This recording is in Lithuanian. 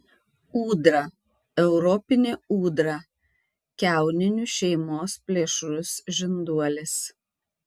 ūdra europinė ūdra kiauninių šeimos plėšrus žinduolis